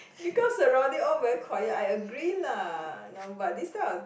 because surrounding all very quiet I agree lah no but this type of